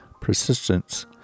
persistence